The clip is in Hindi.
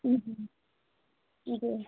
जी